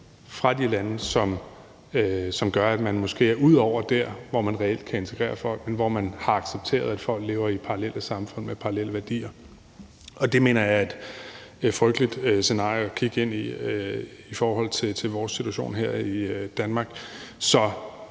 fra de lande, som gør, at man måske er ude over der, hvor man reelt kan integrere folk, men hvor man har accepteret, at folk lever i parallelle samfund med parallelle værdier. Og det mener jeg er et frygteligt scenarie at kigge ind i i forhold til vores situation her i Danmark. Kl.